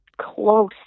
close